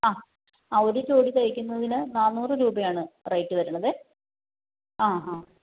ആ ആ ഒരു ജോഡി തയ്ക്കുന്നതിന് നാനൂറ് രൂപയാണ് റേറ്റ് വരുന്നത് ആ ഹ